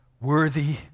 worthy